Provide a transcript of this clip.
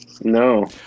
No